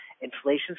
inflation's